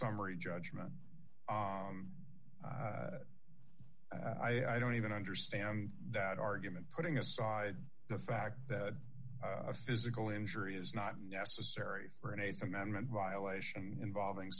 summary judgment i don't even understand that argument putting aside the fact that a physical injury is not necessary for an th amendment violation involving